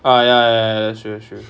oh ya ya ya ya that's true that's true